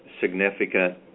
significant